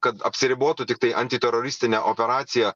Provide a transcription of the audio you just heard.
kad apsiribotų tiktai antiteroristine operacija